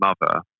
mother